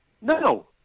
no